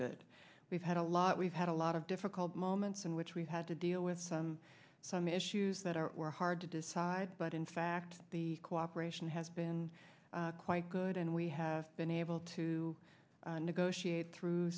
good we've had a lot we've had a lot of difficult moments in which we've had to deal with some some issues that are hard to decide but in fact the cooperation has been quite good and we have been able to negotiate through